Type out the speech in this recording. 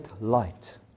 light